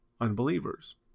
unbelievers